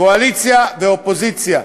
קואליציה ואופוזיציה,